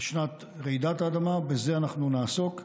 שנת רעידת האדמה, בזה אנחנו נעסוק.